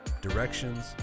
directions